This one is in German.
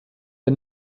der